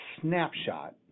snapshot